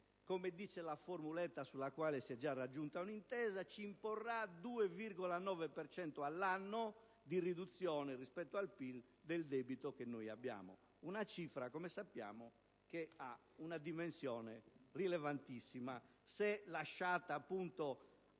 come dice la formuletta sulla quale si è già raggiunta un'intesa, ci imporrà il 2,9 per cento all'anno di riduzione rispetto al PIL del debito che abbiamo. Questa, come sappiamo, è una cifra che ha una dimensione rilevantissima,